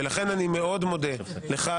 ולכן אני מאוד מודה לך,